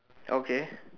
okay